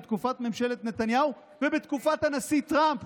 בתקופת ממשלת נתניהו ובתקופת הנשיא טראמפ,